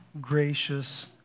gracious